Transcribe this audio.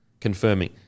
confirming